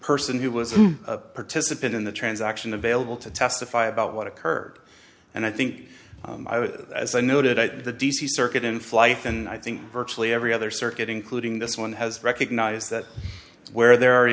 person who was a participant in the transaction available to testify about what occurred and i think as i noted at the d c circuit in flight and i think virtually every other circuit including this one has recognized that where there are